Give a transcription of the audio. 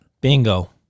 Bingo